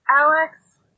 Alex